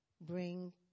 bring